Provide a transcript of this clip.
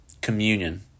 communion